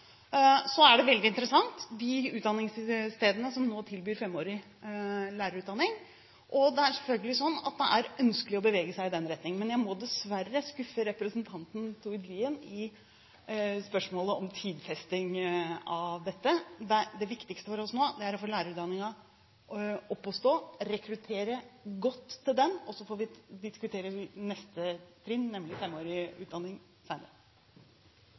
Så er det veldig interessant med de undervisningsstedene som nå tilbyr femårig lærerutdanning. Det er selvfølgelig ønskelig å bevege seg i den retning, men jeg må dessverre skuffe representanten Tord Lien i spørsmålet om tidfesting av dette. Det viktigste for oss nå er å få lærerutdanningen opp å stå, rekruttere godt til den, og så får vi diskutere neste trinn, nemlig femårig utdanning,